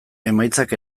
emaitzak